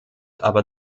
aber